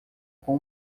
com